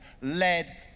led